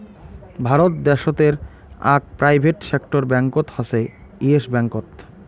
ভারত দ্যাশোতের আক private sector ব্যাঙ্কত হসে ইয়েস ব্যাঙ্কত